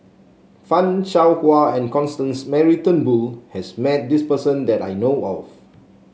Fan Shao Hua and Constance Mary Turnbull has met this person that I know of